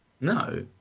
no